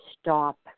stop